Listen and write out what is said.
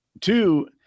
two